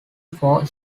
four